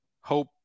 hope